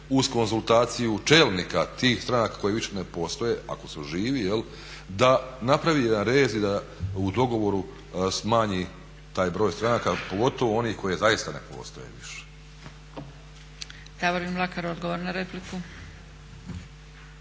uz konzultaciju čelnika tih stranaka koje više ne postoje, ako su živi jel', da napravi jedan rez i da u dogovoru smanji taj broj stranaka pogotovo onih koje zaista ne postoje više.